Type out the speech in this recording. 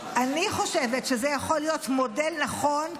אני חושבת שזה יכול להיות גם מודל נכון,